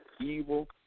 evil